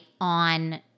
on